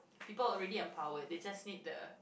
people already empowered they just need the